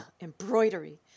embroidery